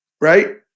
Right